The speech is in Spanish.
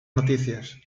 noticias